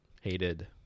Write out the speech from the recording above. hated